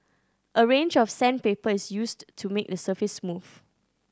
a range of sandpaper is used to make the surface smooth